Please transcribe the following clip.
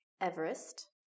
Everest